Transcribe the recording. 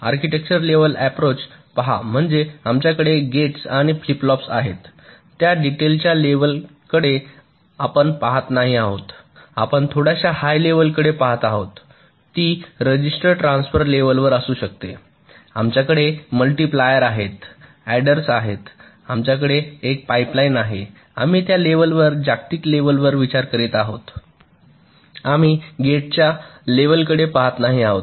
architecture level approach पहा म्हणजे आमच्याकडे गेट्स आणि फ्लिप फ्लॉप आहेत त्या डिटेलच्या लेव्हलकडे आपण पहात नाही आहोत आपण थोड्याशा हाय लेव्हल कडे पहात आहोतती रजिस्टर ट्रान्सफर लेव्हलवर असू शकते आमच्याकडे मल्टीप्लायर आहेत अडर्स आहेत आमच्याकडे एक पाइपलाइन आहे आम्ही त्या लेव्हलवर जागतिक लेव्हलवर विचार करीत आहोत आम्ही गेट्सच्या लेव्हल कडे पाहत नाही आहोत